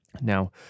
Now